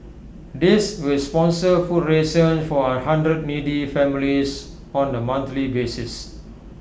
this will sponsor food rations for A hundred needy families on A monthly basis